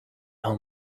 how